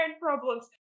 problems